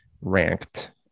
ranked